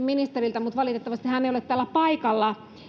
ministeriltä mutta valitettavasti hän ei ole täällä paikalla